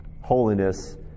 holiness